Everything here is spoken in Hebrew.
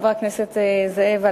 חבר הכנסת זאב,